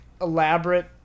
elaborate